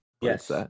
yes